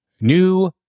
new